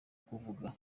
kuvuga